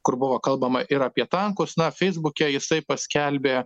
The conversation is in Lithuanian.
kur buvo kalbama ir apie tankus na feisbuke jisai paskelbė